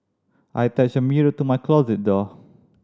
I attached a mirror to my closet door